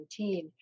2019